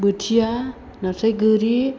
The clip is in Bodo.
बोथिया नास्राय गोरि